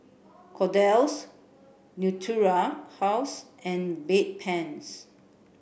Kordel's Natura House and Bedpans